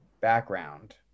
background